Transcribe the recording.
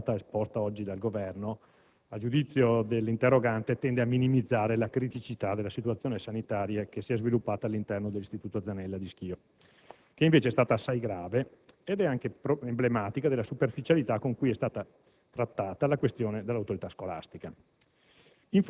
che è stata esposta oggi dal Governo, a giudizio dell'interrogante, tende a minimizzare la criticità della situazione sanitaria che si è sviluppata all'interno dell'istituto «Giacomo Zanella» di Schio**,** che invece è stata assai grave ed è anche emblematica della superficialità con cui è stata trattata la questione dall'autorità scolastica.